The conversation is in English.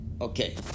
okay